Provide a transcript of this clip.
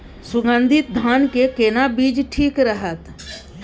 सुगन्धित धान के केना बीज ठीक रहत?